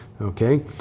Okay